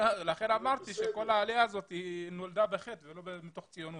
לכן אמרתי שכל העלייה הזאת נולדה בחטא ולא מתוך ציונות.